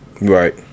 right